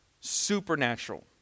supernatural